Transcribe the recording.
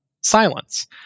Silence